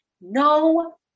No